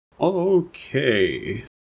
Okay